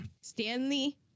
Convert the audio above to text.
Stanley